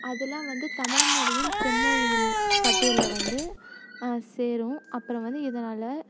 அதெலாம் வந்து தமிழ்மொழியின் செம்மொழியில் பட்டியலில் வந்து சேரும் அப்புறம் வந்து இதனால்